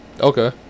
Okay